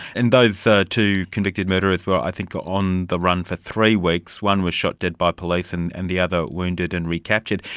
and those two convicted murderers were i think ah on the run for three weeks. one was shot dead by police and and the other wounded and recaptured.